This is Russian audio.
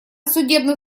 судебных